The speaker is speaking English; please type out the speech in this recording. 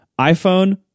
iPhone